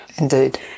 Indeed